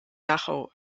dachau